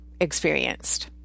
experienced